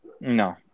No